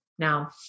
Now